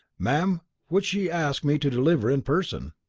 ma'am, which she asked me to deliver in person.